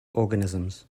organisms